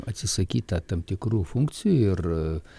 atsisakyta tam tikrų funkcijų ir